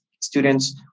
students